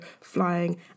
flying